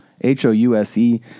H-O-U-S-E